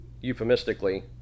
euphemistically